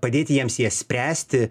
padėti jiems jas spręsti